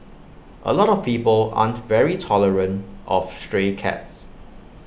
A lot of people aren't very tolerant of stray cats